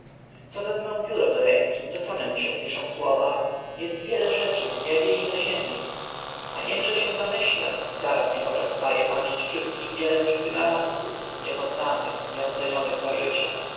co wezmę pióro do ręki to same mi się piszą słowa jest wiele rzeczy w niebie i na ziemi a niech się zamyślę zaraz mi w oczach sta e pamięć wszystkich wielkich wynalazców nie poznanych nie ocenionych za życia